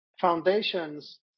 Foundations